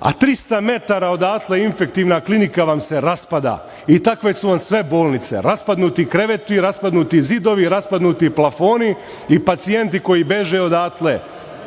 a 300 metara odatle Infektivna klinika vam se raspada i takve su vam sve bolnice – raspadnuti kreveti, raspadnuti zidovi, raspadnuti plafoni i pacijenti koji beže odatle. Žene